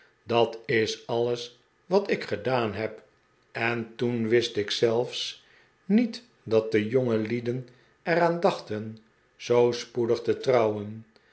dat is alles wat ik gedaan heb en toen wist ik zelfs niet dat de jongelieden er aan dachten zoo spoedig te trouwen